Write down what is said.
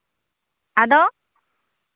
ᱟᱫᱚ